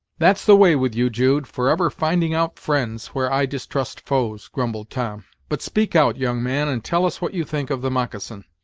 that's the way with you, jude forever finding out friends, where i distrust foes, grumbled tom but, speak out, young man, and tell us what you think of the moccasin.